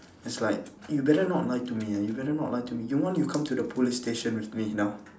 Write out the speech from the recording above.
it's like you better not lie to me you better not lie to me you want you come to the police station with me now